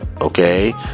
okay